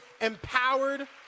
empowered